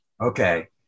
Okay